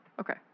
Okay